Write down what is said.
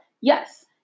Yes